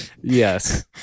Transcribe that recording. Yes